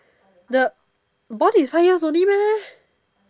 the bond is five years only meh